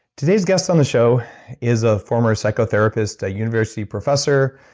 today's guest on the show is a former psychotherapist, a university professor,